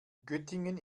göttingen